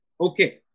Okay